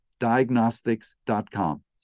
diagnostics.com